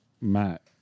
Matt